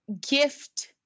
gift